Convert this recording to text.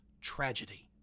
tragedy